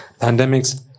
pandemics